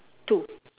two